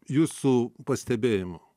jūsų pastebėjimu